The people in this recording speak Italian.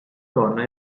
donna